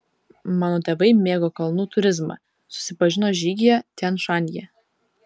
mano tėvai mėgo kalnų turizmą susipažino žygyje tian šanyje